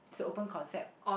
it's a open concept